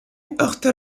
heurta